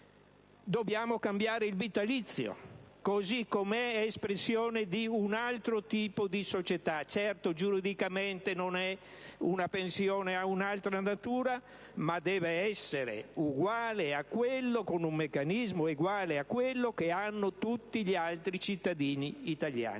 Dobbiamo cambiare il vitalizio. Così com'è, esso è espressione di un altro tipo di società. Certo, giuridicamente non è una pensione, ha un'altra natura, ma deve avere un meccanismo uguale a quello previsto per tutti gli altri cittadini italiani.